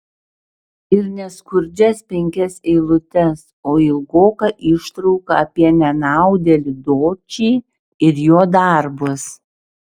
ir ne skurdžias penkias eilutes o ilgoką ištrauką apie nenaudėlį dočį ir jo darbus